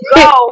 go